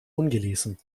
ungelesen